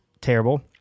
terrible